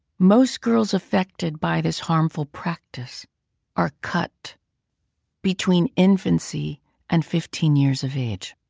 most girls affected by this harmful practice are cut between infancy and fifteen years of age.